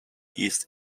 east